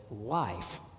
life